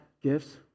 gifts